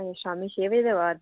शामीं छे बज्जे दे बाद